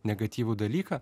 negatyvų dalyką